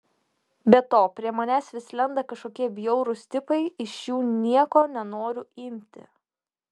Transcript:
be to prie manęs vis lenda kažkokie bjaurūs tipai iš jų nieko nenoriu imti